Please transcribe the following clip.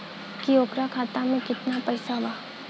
की ओकरा खाता मे कितना पैसा बा?